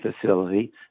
facility